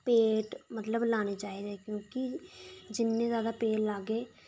पेड़ मतलब लाने क्योंकि जिन्ने जैदा पेड़ लाह्गे